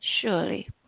surely